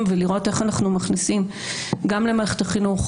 ולראות איך אנחנו מכניסים גם למערכת החינוך,